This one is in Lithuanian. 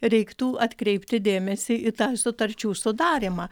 reiktų atkreipti dėmesį į tą sutarčių sudarymą